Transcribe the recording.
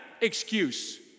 excuse